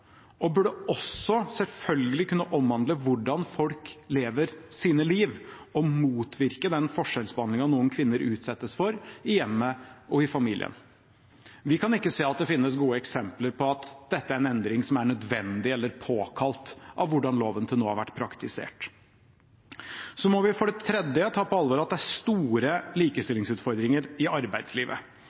og burde også – selvfølgelig – kunne omhandle hvordan folk lever sitt liv og motvirke den forskjellsbehandlingen noen kvinner utsettes for, i hjemmet og i familien. Vi kan ikke se at det finnes gode eksempler på at dette er en endring som er nødvendig eller påkalt av hvordan loven til nå har vært praktisert. For det tredje må vi ta på alvor at det er store likestillingsutfordringer i arbeidslivet.